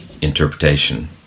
interpretation